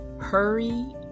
hurry